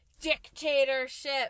dictatorship